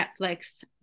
Netflix